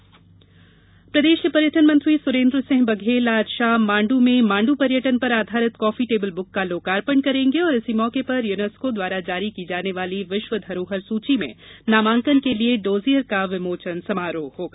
Mandu dossier प्रदेश के पर्यटन मंत्री सुरेन्द्र सिंह बघेल आज शाम मांड् में मांड् पर्यटन पर आधारित कॉफी टेबल बुक का लोकार्पण करेंगे और इसी मौके पर यूनेस्कों द्वारा जारी की जाने वाली विश्व धरोहर सूची में नामाकंन के लिये डोजियर का विमोचन समारोह होगा